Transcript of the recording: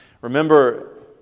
Remember